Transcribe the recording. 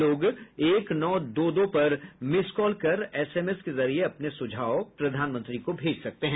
लोग एक नौ दो दो पर मिस कॉल कर एसएमएस के जरिए अपने सुझाव प्रधानमंत्री को भेज सकते हैं